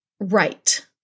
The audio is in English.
right